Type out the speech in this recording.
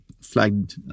flagged